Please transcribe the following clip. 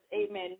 amen